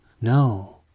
No